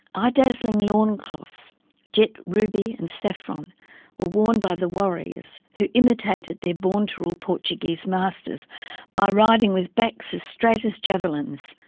eye-dazzling loincloths in jet, ruby and saffron were worn by the warriors who imitated their born-to-rule portuguese masters by riding with backs as straight as javelins,